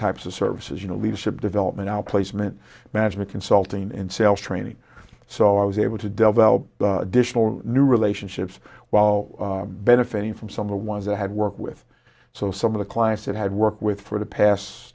types of services you know leadership development outplacement management consulting and sales training so i was able to develop additional new relationships while benefiting from some of the ones i had worked with so some of the clients that had worked with for the past